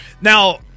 Now